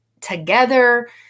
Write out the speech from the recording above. together